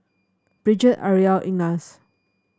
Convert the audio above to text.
Brigette Ariella Ignatz